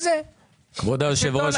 כבוד היושב ראש,